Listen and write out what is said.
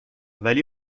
ولی